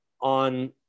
on